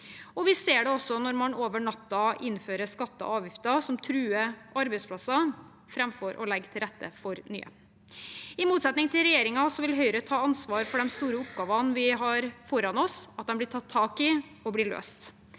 Vi ser det også når man over natten innfører skatter og avgifter som truer arbeidsplasser, framfor å legge til rette for nye. I motsetning til regjeringen vil Høyre ta ansvar for at de store oppgavene vi har foran oss, blir tatt tak i og blir løst.